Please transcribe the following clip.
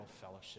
fellowship